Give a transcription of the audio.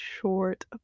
short